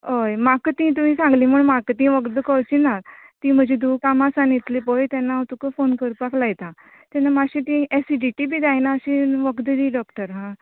हय म्हाका ती तुय सागले म्हण म्हाका तीं वखदां कळची ना ती म्हजी धूव कामासान येतली पय तेन्ना हांव तुका फोन करपाक लायता तेन्हा ती मातशी एसिडीटी जायना ती वखदां दी डॉ हा